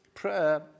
Prayer